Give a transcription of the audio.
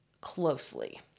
closely